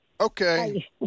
Okay